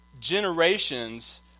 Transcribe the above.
generations